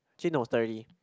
actually no thirty